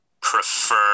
prefer